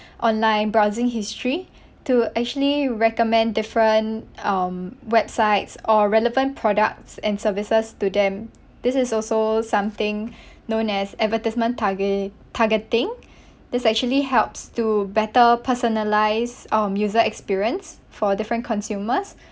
online browsing history to actually recommend different um websites or relevant products and services to them this is also something known as advertisement target targeting this actually helps to better personalise um user experience for different consumers